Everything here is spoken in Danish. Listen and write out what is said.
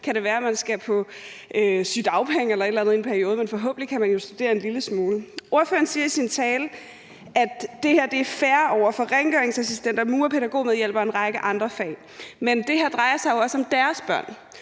kan det være, at man skal på sygedagpenge eller et eller andet i en periode, men forhåbentlig kan man jo studere en lille smule. Ordføreren siger i sin tale, at det her er fair over for rengøringsassistenter, murere, pædagogmedhjælpere og en række andre fag, men det her drejer sig jo også om deres børn.